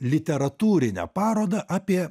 literatūrinę parodą apie